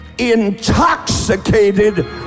intoxicated